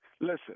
Listen